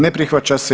Ne prihvaća se.